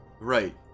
Right